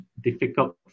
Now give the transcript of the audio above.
difficult